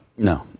No